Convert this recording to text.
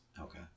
Okay